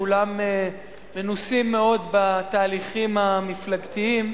כולם מנוסים מאוד בתהליכים המפלגתיים,